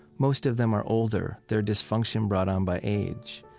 most of them are older, their dysfunction brought on by age.